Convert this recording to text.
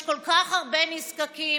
יש כל כך הרבה נזקקים.